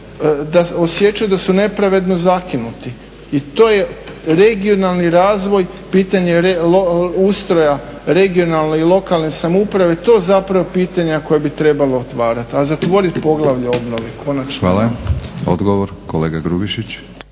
osjećaju da su nepravedno zakinuti. I to je regionalni razvoj, pitanje ustroja regionalne i lokalne samouprave to zapravo pitanja koja bi trebalo otvarati, a zatvorit poglavlje obnove konačno. **Batinić, Milorad